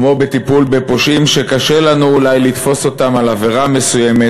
כמו בטיפול בפושעים שקשה לנו אולי לתפוס אותם על עבירה מסוימת,